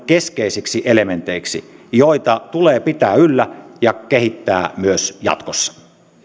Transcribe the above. keskeisiksi elementeiksi joita tulee pitää yllä ja kehittää myös jatkossa